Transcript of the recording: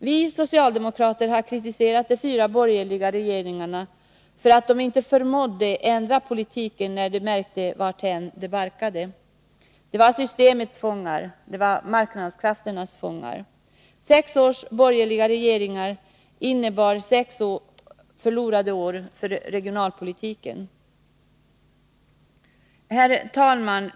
Vi socialdemokrater har kritiserat de fyra borgerliga regeringarna för att de inte förmådde ändra politiken när de märkte varthän det barkade. De var systemets fångar — marknadskrafternas fångar. Sex års borgerliga regeringar innebar sex förlorade år för regionalpolitiken. Herr talman!